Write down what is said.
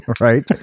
Right